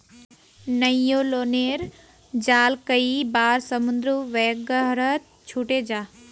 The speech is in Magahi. न्य्लोनेर जाल कई बार समुद्र वगैरहत छूटे जाह